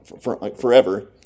Forever